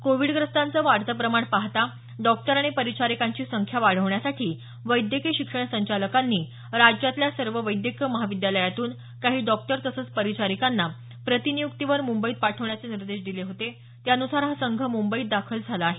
कोविडग्रस्तांचं वाढतं प्रमाण पाहता डॉक्टर आणि परिचारिकांची संख्या वाढवण्यासाठी वैद्यकीय शिक्षण संचालकांनी राज्यातल्या सर्व वैद्यकीय महाविद्यालयातून काही डॉक्टर तसंच परिचारिकांना प्रतिनियुक्तीवर मुंबईत पाठवण्याचे निर्देश दिले होते त्यानुसार हा संघ मुंबईत दाखल झाला आहे